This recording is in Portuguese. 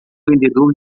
vendedor